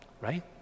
right